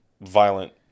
violent